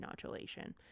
nodulation